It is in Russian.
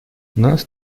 нас